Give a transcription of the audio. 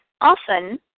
Often